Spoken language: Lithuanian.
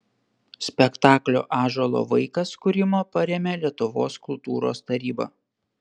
spektaklio ąžuolo vaikas kūrimą parėmė lietuvos kultūros taryba